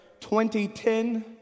2010